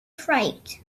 fright